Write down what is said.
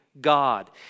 God